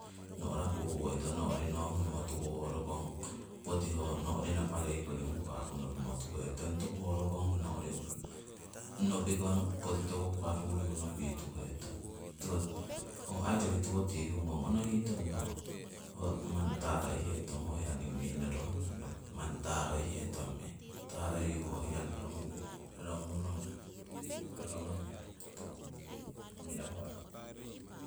No'ra kuru'woitonog no'ri nongimotuku ho rokong poti ho no'ri naparei koring huka'ku nopimo tuhetong, toku ho rokong no'ri nopikong poti toku hukaruyu nopituhetong. Tiko ho aii roki tiwo tihungong onohitong ro, ho manni taroihetong ho hiya ningi mi'norohnong roki manni taroihetong meng taroyiyu ho hiya roronguh roronguhnong mirahu aii.